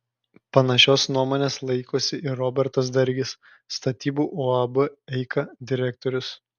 panašios nuomonės laikosi ir robertas dargis statybų uab eika direktorius